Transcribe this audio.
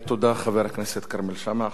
תודה, חבר הכנסת כרמל שאמה.